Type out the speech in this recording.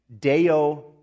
Deo